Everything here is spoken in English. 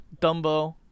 Dumbo